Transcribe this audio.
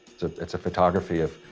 it's a photography of,